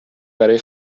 برای